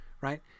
right